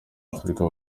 afurika